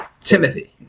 Timothy